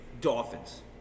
Dolphins